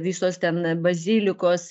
visos ten bazilikos